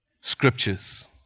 scriptures